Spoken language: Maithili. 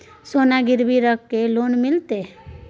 सोना गिरवी रख के लोन मिलते है?